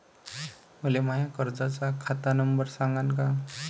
मले माया कर्जाचा खात नंबर सांगान का?